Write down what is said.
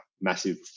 massive